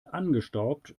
angestaubt